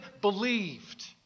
believed